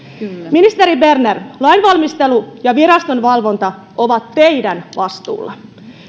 ministeri berner lainvalmistelu ja viraston valvonta ovat teidän vastuullanne